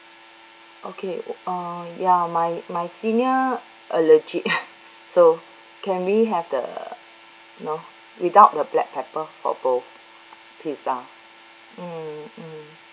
okay uh ya my my senior allergic so can we have the you know without the black pepper for both pizza mm mm